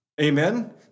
Amen